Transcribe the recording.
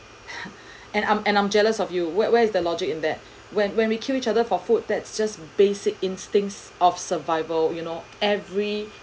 and I'm and I'm jealous of you where where's the logic in that when when we kill each other for food that's just basic instincts of survival you know every